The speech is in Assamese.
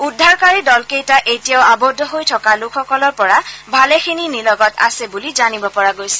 উদ্ধাৰকাৰী দলকেইটা এতিয়াও আবদ্ধ হৈ থকা লোকসকলৰ পৰা ভালেখিনি নিলগত আছে বুলি জানিব পৰা গৈছে